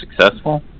successful